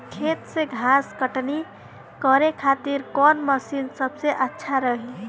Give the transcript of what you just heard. खेत से घास कटनी करे खातिर कौन मशीन सबसे अच्छा रही?